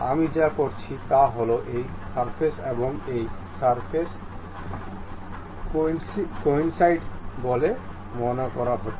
আমি যা করতে চাই তা হল এই সারফেস এবং এটি সারফেসটি কোইন্সিডে বলে মনে করা হচ্ছে